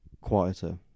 quieter